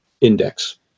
Index